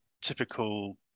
typical